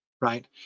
right